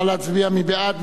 נא להצביע, מי בעד?